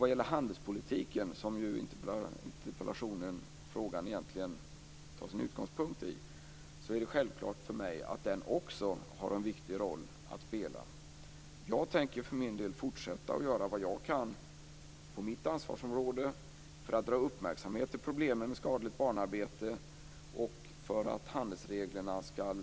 Vad gäller handelspolitiken, som interpellationen egentligen tar sin utgångspunkt i, är det självklart för mig att också den har en viktig roll att spela. Jag tänker för min del fortsätta att göra vad jag kan på mitt ansvarsområde för att dra uppmärksamhet till problemen med skadligt barnarbete och för att handelsreglerna ska